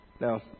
Now